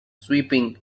sweeping